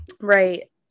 right